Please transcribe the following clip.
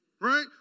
Right